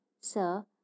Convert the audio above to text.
sir